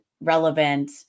relevant